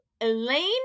Elaine